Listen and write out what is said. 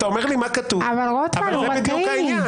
רוטמן, הוא מקריא.